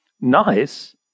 Nice